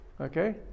okay